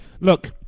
look